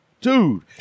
dude